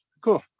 cool